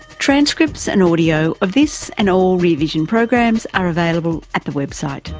transcripts and audio of this and all rear vision programs are available at the website,